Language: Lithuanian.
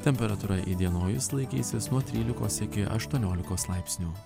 temperatūra įdienojus laikysis nuo trylikos iki aštuoniolikos laipsnių